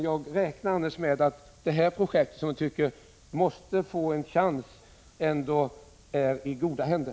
Jag räknar med att det här projektet, som jag tycker måste få en chans, ändå är i goda händer.